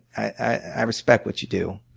i respect what you do,